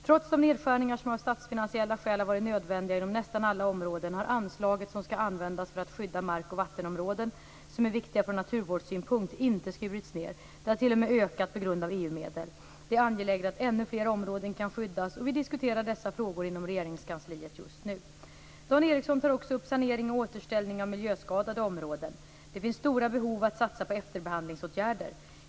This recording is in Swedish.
Trots de nedskärningar som av statsfinansiella skäl har varit nödvändiga inom nästan alla områden, har anslaget som skall användas för att skydda markoch vattenområden som är viktiga från naturvårdssynpunkt inte skurits ned, det har t.o.m. ökat tack vare EU-medel. Det är angeläget att ännu fler områden kan skyddas. Vi diskuterar dessa frågor inom Regeringskansliet just nu. Dan Ericsson tar också upp sanering och återställning av miljöskadade områden. Det finns stora behov av att satsa på efterbehandlingsåtgärder.